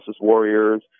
warriors